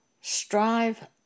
Strive